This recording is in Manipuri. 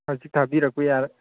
ꯍꯧꯖꯤꯛ ꯊꯥꯕꯤꯔꯛꯄ